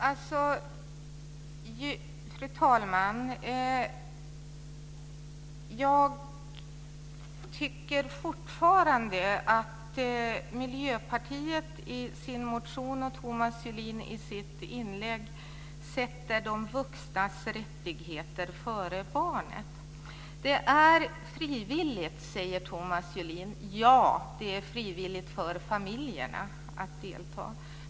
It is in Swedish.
Fru talman! Jag tycker fortfarande att Miljöpartiet i sin motion och Thomas Julin i sitt inlägg sätter de vuxnas rättigheter före barnets. Det är frivilligt, säger Thomas Julin. Ja, det är frivilligt för familjerna att delta.